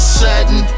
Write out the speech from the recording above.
sudden